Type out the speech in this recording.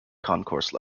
concourse